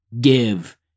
give